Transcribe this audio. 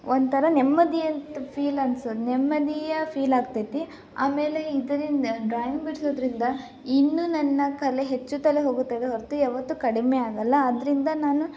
ಒಂಥರ ನೆಮ್ಮದಿ ಅಂತ ಫೀಲ್ ಅನ್ಸೋದು ನೆಮ್ಮದಿಯ ಫೀಲಾಗ್ತೈತಿ ಆಮೇಲೆ ಇದರಿಂದ ಡ್ರಾಯಿಂಗ್ ಬಿಡಿಸೋದ್ರಿಂದ ಇನ್ನೂ ನನ್ನ ಕಲೆ ಹೆಚ್ಚುತ್ತಲೇ ಹೋಗುತ್ತವೆ ಹೊರತು ಯಾವತ್ತೂ ಕಡಿಮೆ ಆಗೋಲ್ಲ ಅದರಿಂದ ನಾನು